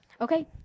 Okay